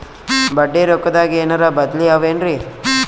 ಬಡ್ಡಿ ರೊಕ್ಕದಾಗೇನರ ಬದ್ಲೀ ಅವೇನ್ರಿ?